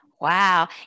wow